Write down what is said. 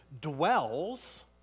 dwells